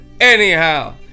anyhow